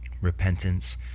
Repentance